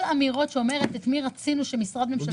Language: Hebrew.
כל אמירה על מי שרצינו ממשרד ממשלתי היא לא רלוונטית.